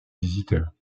visiteurs